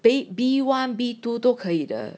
bay~ B one B two 都都可以的